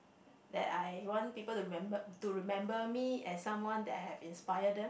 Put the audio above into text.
that I want people to remember remember me as someone that I have inspire them